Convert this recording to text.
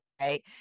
right